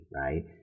right